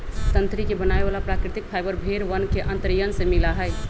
तंत्री के बनावे वाला प्राकृतिक फाइबर भेड़ वन के अंतड़ियन से मिला हई